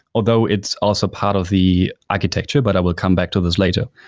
although it's also part of the architecture, but i will come back to this later.